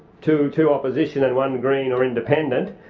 two two opposition and one green or independent,